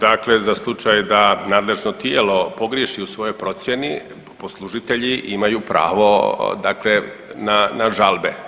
Dakle, za slučaj da nadležno tijelo pogriješi u svojoj procjeni poslužitelji imaju pravo dakle na žalbe.